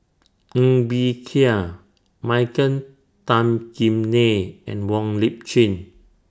Ng Bee Kia Michael Tan Kim Nei and Wong Lip Chin